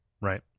Right